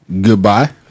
Goodbye